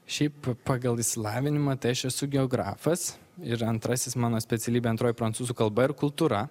šiaip pagal išsilavinimą tai aš esu geografas ir antrasis mano specialybė antroji prancūzų kalba ir kultūra